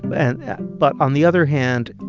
and but on the other hand,